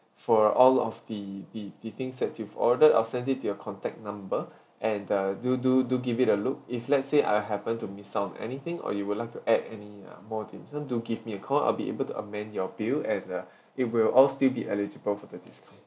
for all of the the the things that you've ordered I'll send it to your contact number and uh do do do give it a look if let's say I happen to miss out on anything or you would like to add any uh more dim sum to give me a call I'll be able to amend your bill and uh it will all still be eligible for the discount